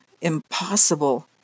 impossible